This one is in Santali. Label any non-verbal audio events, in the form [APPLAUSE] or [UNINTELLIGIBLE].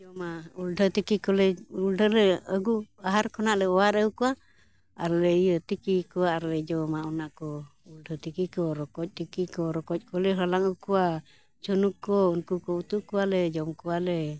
[UNINTELLIGIBLE] ᱢᱟ ᱩᱞᱰᱷᱟᱹ ᱛᱤᱠᱤ ᱠᱚᱞᱮ ᱩᱞᱰᱷᱟᱹᱞᱮ ᱟᱹᱜᱩ ᱟᱦᱟᱨ ᱠᱷᱚᱱᱟᱜ ᱞᱮ ᱚᱣᱟᱨ ᱟᱹᱜᱩ ᱠᱚᱣᱟ ᱟᱨ ᱞᱮ ᱤᱭᱟᱹ ᱛᱤᱠᱤ ᱠᱚᱣᱟ ᱟᱨ ᱞᱮ ᱡᱚᱢᱟ ᱚᱱᱟ ᱠᱚ ᱩᱞᱰᱟᱹ ᱛᱤᱠᱤ ᱠᱚ ᱨᱚᱠᱚᱡ ᱛᱤᱠᱤ ᱠᱚ ᱨᱚᱠᱚᱡ ᱠᱚᱞᱮ ᱦᱟᱞᱟᱝ ᱟᱹᱜᱩ ᱠᱚᱣᱟ ᱡᱷᱤᱱᱩᱠ ᱠᱚ ᱩᱱᱠᱩ ᱠᱚ ᱩᱛᱩ ᱠᱚᱣᱟᱞᱮ ᱡᱚᱢ ᱠᱚᱣᱟᱞᱮ